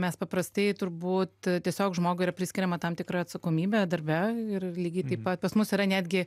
mes paprastai turbūt tiesiog žmogui yra priskiriama tam tikra atsakomybė darbe ir lygiai taip pat pas mus yra netgi